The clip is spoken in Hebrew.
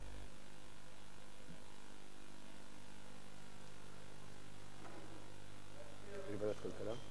הביטוח (תיקון מס' 5) (מועד ביטול הפוליסה),